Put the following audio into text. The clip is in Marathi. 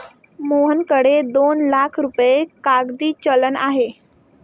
मोहनकडे दोन लाख रुपये कागदी चलन आहे